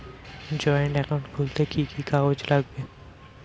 Joint account খুলতে কি কি কাগজ লাগবে?